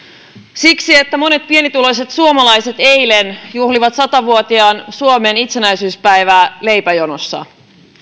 siksi että monet pienituloiset suomalaiset eilen juhlivat sata vuotiaan suomen itsenäisyyspäivää leipäjonossa